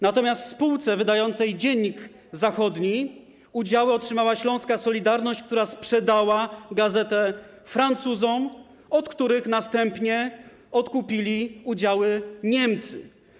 Natomiast w spółce wydającej „Dziennik Zachodni” udziały otrzymała śląska „Solidarność”, która sprzedała gazetę Francuzom, od których następnie udziały odkupili Niemcy.